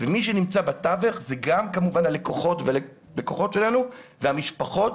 מי שנמצא בתווך אלה כמובן גם הלקוחות שלנו והמשפחות.